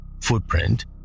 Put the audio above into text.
footprint